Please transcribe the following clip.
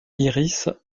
iris